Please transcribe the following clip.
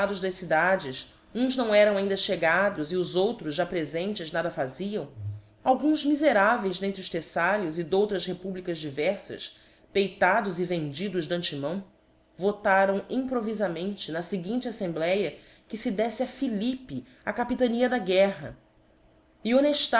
deputados das cidades uns não eram ainda chegados e os outros já prefentes nada faziam alguns miferaveis d'entre os theífalios e d'outras republicas diverfas peitados e vendidos diante mão votaram improvifamente na feguinte aítemblca que fe défle a philippe a capitania da guerra